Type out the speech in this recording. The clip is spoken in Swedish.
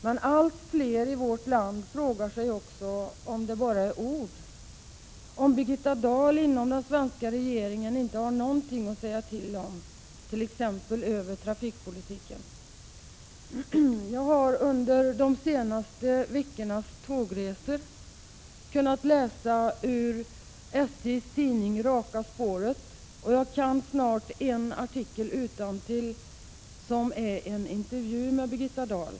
Men allt flera i vårt land frågar sig också om det bara är ord, om Birgitta Dahl inte har någonting att säga till om inom den svenska regeringen, när det t.ex. gäller trafikpolitiken. Jag har under de senaste veckornas tågresor kunnat läsa ur SJ:s tidning Raka Spåret, och jag kan snart en artikel utantill. Det är en intervju med Birgitta Dahl.